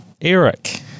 Eric